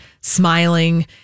smiling